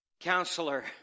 counselor